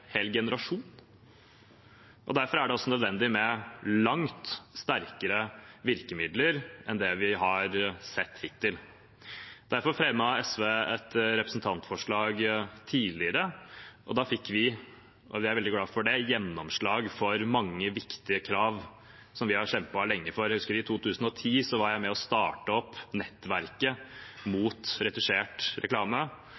hel generasjon, og derfor er det nødvendig med langt sterkere virkemidler enn det vi har sett hittil. Derfor fremmet SV et representantforslag tidligere, og da fikk vi – jeg er veldig glad for det – gjennomslag for mange viktige krav som vi har kjempet for lenge. Jeg husker at jeg i 2010 var med på å starte opp nettverket